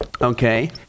okay